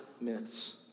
myths